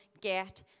get